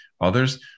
others